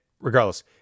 Regardless